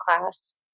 class